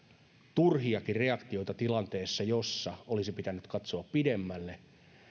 turhiakin reaktioita tilanteessa jossa olisi pitänyt katsoa pidemmälle